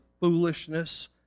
foolishness